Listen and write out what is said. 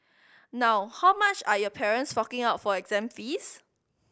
now how much are your parents forking out for exam fees